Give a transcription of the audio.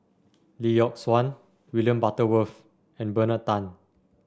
Lee Yock Suan William Butterworth and Bernard Tan